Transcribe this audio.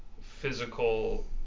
physical